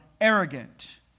arrogant